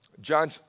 John